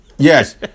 Yes